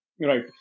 Right